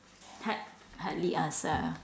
hard hardly ask ah